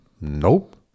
nope